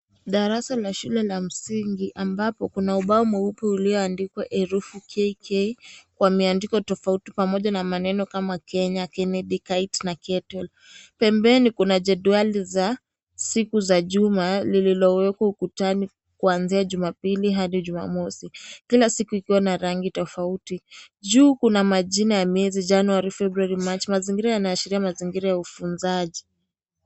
Darasa la shule ya msingi ambapo kuna ubaonmweupe ulio andikwa herufi K K, pameandikwa tofauti na maneno kama Kenya, Kennedy,(cs) kite(cs), na(cs) kettle(cs), pembeni kuna jedwali za, siku za juma lililowekwa ukutani kuanzia juma pili hadi jumamosi, kila siku ikiwa na ranfi tofauti, juu kuna majina ya miezi, January, February, March, mazingira yanaashiria mazingira ya ufunzaji.